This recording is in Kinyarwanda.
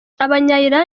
abanya